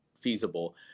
feasible